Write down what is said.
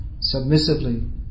submissively